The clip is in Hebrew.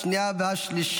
21 בעד,